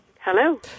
Hello